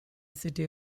city